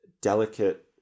delicate